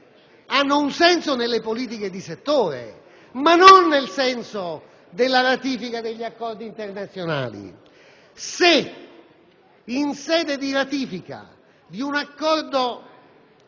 hanno un senso nell'ambito delle politiche di settore, ma non nel contesto della ratifica di accordi internazionali. In sede di ratifica di un accordo